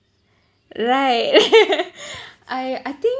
right I I think